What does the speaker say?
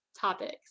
Topics